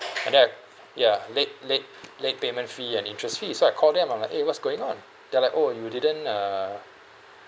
and then I ya late late late payment fee and interest fee so I call them and I'm like eh what's going on they were like oh you didn't uh